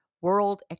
World